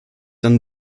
dann